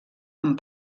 amb